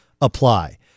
Apply